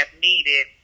needed